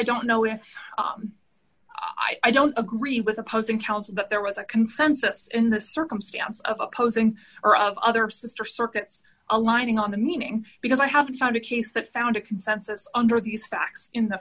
don't know if i don't agree with opposing counsel that there was a consensus in the circumstance of opposing or of other sister circuits aligning on the meaning because i haven't found a case that found a consensus under these facts in the